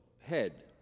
head